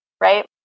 right